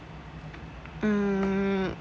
um